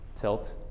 tilt